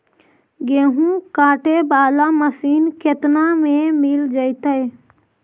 गेहूं काटे बाला मशीन केतना में मिल जइतै?